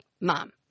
Mom